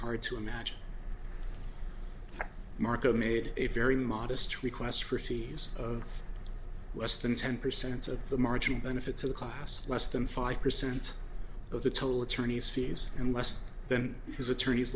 hard to imagine marco made a very modest request for fees of less than ten percent of the marginal benefit to the class less than five percent of the total attorney's fees and less than his attorney's